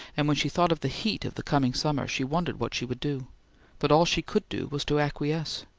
and when she thought of the heat of the coming summer, she wondered what she would do but all she could do was to acquiesce.